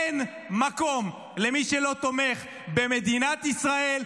אין מקום למי שלא תומך במדינת ישראל,